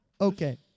Okay